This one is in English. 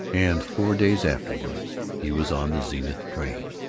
and four days afterward he was on the zenith train.